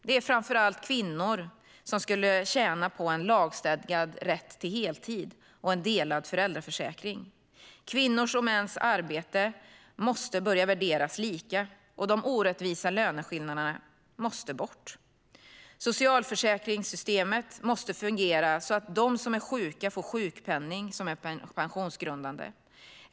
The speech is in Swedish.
Det är framför allt kvinnor som skulle tjäna på en lagstadgad rätt till heltid och en delad föräldraförsäkring. Kvinnors och mäns arbete måste börja värderas lika, och de orättvisa löneskillnaderna måste bort. Socialförsäkringssystemet måste fungera så att de som är sjuka får sjukpenning som är pensionsgrundande.